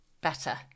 better